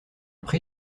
pré